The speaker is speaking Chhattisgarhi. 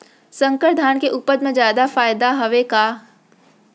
संकर धान के उपज मा जादा फायदा हवय का?